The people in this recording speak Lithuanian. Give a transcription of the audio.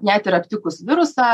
net ir aptikus virusą